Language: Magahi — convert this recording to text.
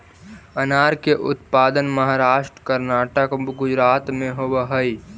अनार के उत्पादन महाराष्ट्र, कर्नाटक, गुजरात में होवऽ हई